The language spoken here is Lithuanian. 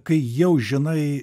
kai jau žinai